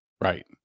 Right